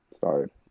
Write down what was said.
Sorry